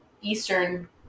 eastern